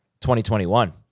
2021